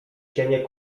cienie